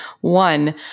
One